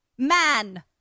Man